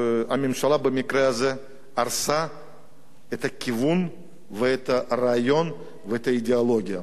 הממשלה במקרה הזה הרסה את הכיוון ואת הרעיון ואת האידיאולוגיה.